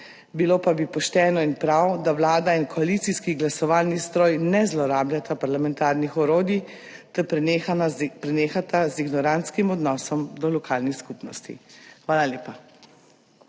bilo pa bi pošteno in prav, da Vlada in koalicijski glasovalni stroj ne zlorabljata parlamentarnih orodij ter prenehata z ignorantskim odnosom do lokalnih skupnosti. Hvala lepa.